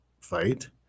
fight